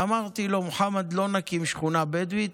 אמרתי לו: מוחמד, לא נקים שכונה בדואית,